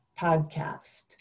podcast